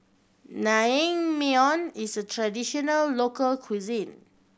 naengmyeon is a traditional local cuisine